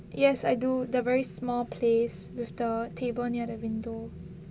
yes I do the very small place with the table near the window